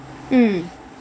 mm